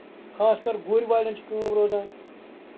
خاص کر گُر والٮ۪ن چھِ کٲم روزان